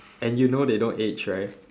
and you know they don't age right